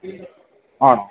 ആ